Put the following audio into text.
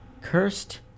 cursed